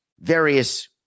various